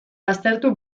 baztertu